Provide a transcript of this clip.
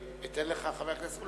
אתן לך, חבר הכנסת.